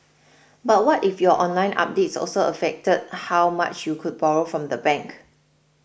but what if your online updates also affected how much you could borrow from the bank